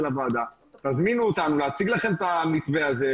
הוועדה: תזמינו אותנו להציג לכם את המתווה הזה,